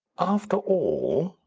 after all,